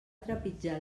trepitjar